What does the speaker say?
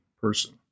person